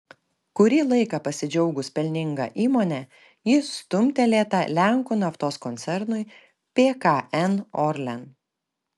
kurį laiką pasidžiaugus pelninga įmone ji stumtelėta lenkų naftos koncernui pkn orlen